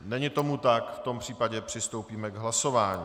Není tomu tak, v tom případě přistoupíme k hlasování.